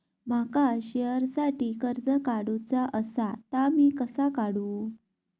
माका शेअरसाठी कर्ज काढूचा असा ता मी कसा काढू?